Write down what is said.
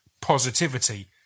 positivity